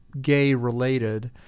gay-related